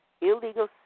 illegal